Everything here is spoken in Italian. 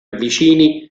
vicini